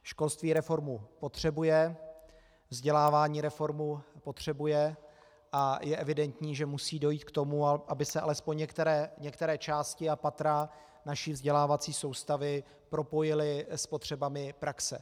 Školství reformu potřebuje, vzdělávání reformu potřebuje a je evidentní, že musí dojít k tomu, aby se alespoň některé části a patra naší vzdělávací soustavy propojily s potřebami praxe.